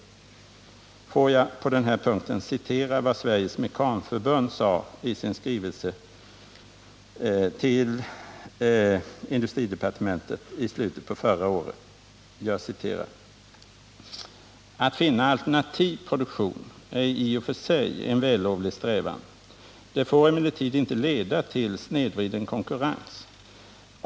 Får jag på den här punkten citera vad Sveriges Mekanförbund sade i sin skrivelse till industridepartementet i slutet av förra året: ”Att finna alternativ produktion är i och för sig en vällovlig strävan. Det får emellertid inte leda till snedvriden konkurrens.